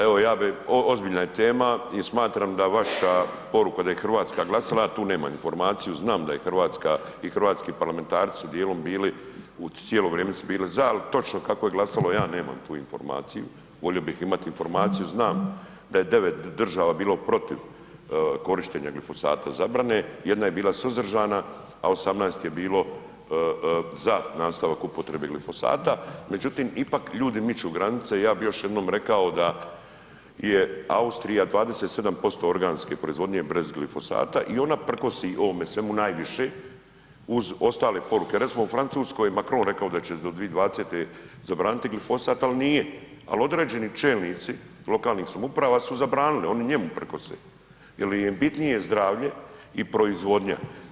Evo ja bih, ozbiljna je tema i smatram da vaša poruka da je Hrvatska glasala, ja tu nemam informaciju, znam da je Hrvatska i hrvatski parlamentarci su dijelom bili u, cijelo vrijeme su bili za, ali točno kako je glasalo ja nemam tu informaciju, volio bih imati informaciju, znam da je 9 država bilo protiv korištenja glifosata, zabrane, 1 je bila suzdržana, a 18 je bilo za nastavak upotrebe glifosata, međutim ipak ljudi miču granice ja bi još jednom rekao da je Austrija 27% organske proizvodnje brez glifosata i ona prkosi ovome svemu najviše uz ostale poruke, recimo u Francuskoj Macron rekao da će do 2020. zabraniti glifosat ali nije, ali određeni čelnici lokalnih samouprava su zabranili, oni njemu prkose jer im je bitnije zdravlje i proizvodnja.